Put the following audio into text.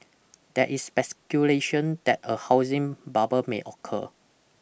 there is speculation that a housing bubble may occur